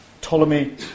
Ptolemy